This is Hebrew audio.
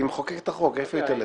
היא מחוקקת את החוק, לאיפה היא תלך?